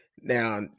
Now